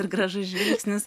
ir gražus žvilgsnis